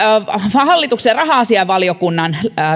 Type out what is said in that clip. hallituksen raha asiainvaliokunnan